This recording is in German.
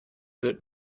wird